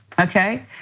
okay